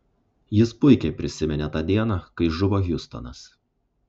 jis puikiai prisiminė tą dieną kai žuvo hiustonas